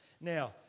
Now